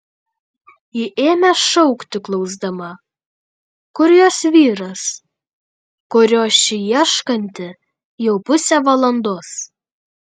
ji ėmė šaukti klausdama kur jos vyras kurio ši ieškanti jau pusę valandos